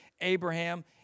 Abraham